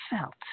felt